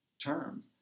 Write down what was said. term